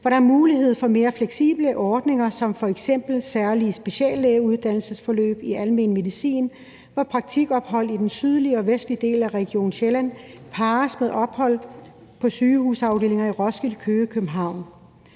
hvor der er mulighed for mere fleksible ordninger, som f.eks. særlige speciallægeuddannelsesforløb i almen medicin, hvor praktikophold i den sydlige og vestlige del af Region Sjælland parres med ophold på sygehusafdelinger i Roskilde, Køge og København.